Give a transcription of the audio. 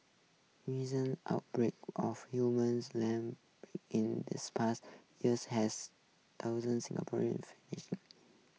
reason outbreaks of humans land in this past years has thousand Singapore